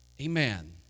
Amen